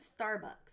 Starbucks